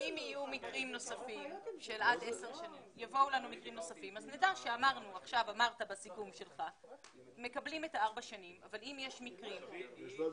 בשעה 10:23.